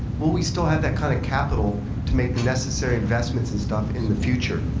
will we still have that kind of capital to make the necessary investments and stuff in the future?